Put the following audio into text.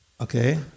Okay